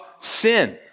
sin